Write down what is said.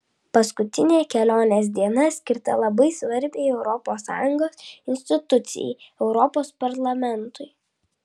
paskutinė kelionės diena skirta labai svarbiai europos sąjungos institucijai europos parlamentui